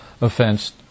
offense